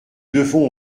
devons